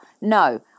No